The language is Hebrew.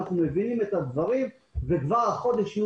אנחנו מבינים את הדברים וכבר החודש יהיו